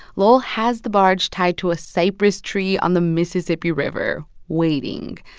lowell has the barge tied to a cypress tree on the mississippi river, waiting.